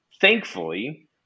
Thankfully